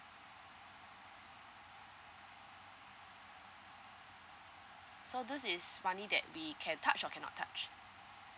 so this is money that be can touch or cannot touch